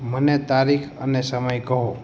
મને તારીખ અને સમય કહો